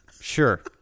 Sure